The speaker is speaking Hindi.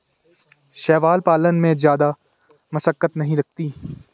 शैवाल पालन में जादा मशक्कत नहीं लगती